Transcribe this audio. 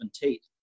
Tate